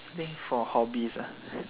think for hobbies ah